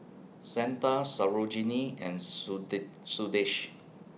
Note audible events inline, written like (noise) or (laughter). Santha Sarojini and (unintelligible)